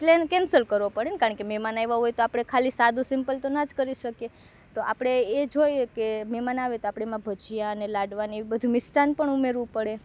plane cancel કરવો પડે કારણ કે મહેમાન આવ્યા હોય તો આપણે ખાલી સાદું સિમ્પલ તો ના જ કરી શકીએ તો આપણે એ જોઈએ કે મહેમાન આવે તો આપણે એમાં ભજીયા લાડવાને એવું બધુ મિસ્ટાન પણ ઉમેરવું પડે